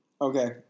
Okay